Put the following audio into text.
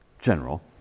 general